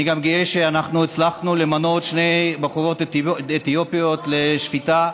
אני גאה גם שהצלחנו למנות שתי בחורות אתיופיות לשפיטה,